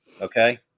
okay